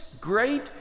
great